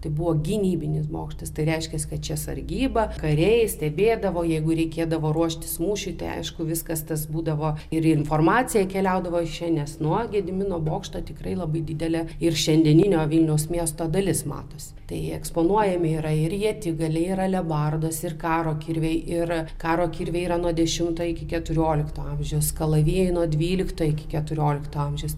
tai buvo gynybinis bokštas tai reiškia kad čia sargyba kariai stebėdavo jeigu reikėdavo ruoštis mūšiui tai aišku viskas tas būdavo ir informacija keliaudavo iš čia nes nuo gedimino bokšto tikrai labai didelė ir šiandieninio vilniaus miesto dalis matosi tai eksponuojami yra ir ietigaliai ir alebardas ir karo kirviai ir karo kirviai yra nuo dešimto iki keturiolikto amžiaus kalavijai nuo dvylikto iki keturiolikto amžiaus